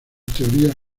teorías